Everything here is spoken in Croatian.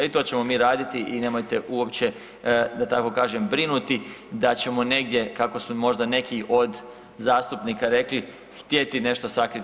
I to ćemo mi raditi i nemojte uopće da tako kažem brinuti da ćemo negdje kako su možda neki od zastupnika rekli htjeti nešto sakriti.